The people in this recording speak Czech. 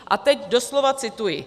A teď doslova cituji: